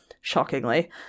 shockingly